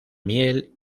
miel